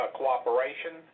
cooperation